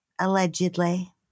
allegedly